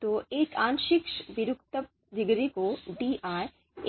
तो एक आंशिक विरूपता डिग्री को di